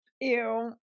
ew